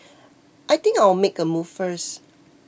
I think I'll make a move first